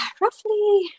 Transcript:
roughly